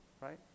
right